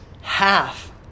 half